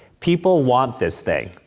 people want this thing.